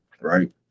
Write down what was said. right